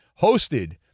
hosted